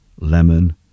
lemon